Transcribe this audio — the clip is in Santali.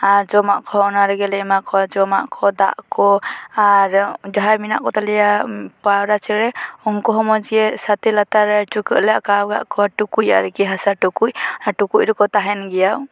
ᱟᱨ ᱡᱚᱢᱟᱜ ᱦᱚᱸ ᱚᱱᱟ ᱨᱮᱜᱮ ᱞᱮ ᱮᱢᱟ ᱠᱚᱣᱟ ᱡᱚᱢᱟᱜ ᱠᱚ ᱫᱟᱜ ᱠᱚ ᱟᱨ ᱡᱟᱦᱟᱭ ᱢᱮᱱᱟᱜ ᱠᱚ ᱛᱟᱞᱮᱭᱟ ᱯᱟᱣᱨᱟ ᱪᱮᱬᱮ ᱩᱱᱠᱩ ᱦᱚᱸ ᱢᱚᱡᱽ ᱜᱮ ᱥᱟᱛᱮ ᱞᱟᱛᱟᱨ ᱨᱮ ᱪᱩᱠᱟᱹᱜ ᱞᱮ ᱟᱠᱟ ᱟᱠᱟᱫ ᱠᱚᱣᱟ ᱴᱩᱠᱩᱡ ᱟᱨᱠᱤ ᱦᱟᱥᱟ ᱴᱩᱠᱩᱡ ᱴᱩᱠᱩᱡ ᱨᱮᱠᱚ ᱛᱟᱦᱮᱱ ᱜᱮᱭᱟ